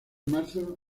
marzo